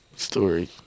story